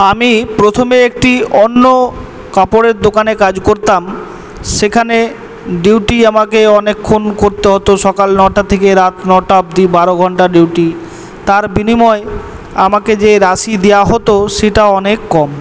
আমি প্রথমে একটি অন্য কাপড়ের দোকানে কাজ করতাম সেখানে ডিউটি আমাকে অনেকক্ষণ করতে হতো সকাল নটা থেকে রাত নটা অবধি বারো ঘণ্টার ডিউটি তার বিনিময় আমাকে যে রাশি দেওয়া হতো সেটা অনেক কম